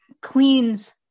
cleans